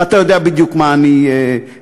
ואתה יודע בדיוק למה אני מכוון.